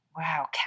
Wow